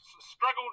struggled